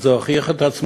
כי זה הוכיח את עצמו.